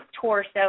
torso